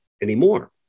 anymore